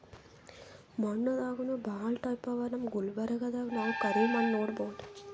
ಮಣ್ಣ್ ದಾಗನೂ ಭಾಳ್ ಟೈಪ್ ಅವಾ ನಮ್ ಗುಲ್ಬರ್ಗಾದಾಗ್ ನಾವ್ ಕರಿ ಮಣ್ಣ್ ನೋಡಬಹುದ್